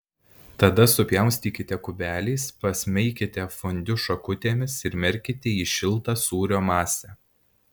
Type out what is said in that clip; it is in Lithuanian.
tada supjaustykite kubeliais pasmeikite fondiu šakutėmis ir merkite į šiltą sūrio masę